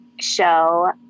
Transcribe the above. show